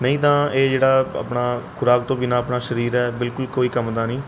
ਨਹੀਂ ਤਾਂ ਇਹ ਜਿਹੜਾ ਆਪਣਾ ਖ਼ੁਰਾਕ ਤੋਂ ਬਿਨਾਂ ਆਪਣਾ ਸਰੀਰ ਹੈ ਬਿਲਕੁਲ ਕੋਈ ਕੰਮ ਦਾ ਨਹੀਂ